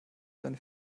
seine